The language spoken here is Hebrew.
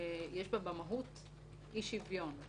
אי שוויון.